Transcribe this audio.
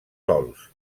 sòls